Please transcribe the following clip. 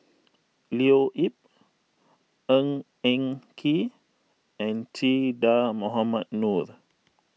Leo Yip Ng Eng Kee and Che Dah Mohamed Noor